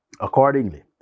accordingly